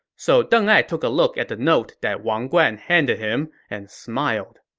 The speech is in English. so deng ai took a look at the note that wang guan handed him and smiled.